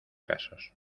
casos